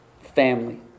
Family